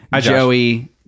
Joey